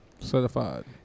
certified